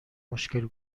مشکل